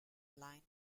line